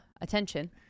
attention